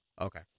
Okay